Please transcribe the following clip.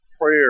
prayer